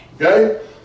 Okay